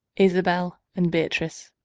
isabel, and beatrice.